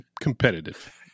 competitive